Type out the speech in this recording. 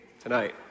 tonight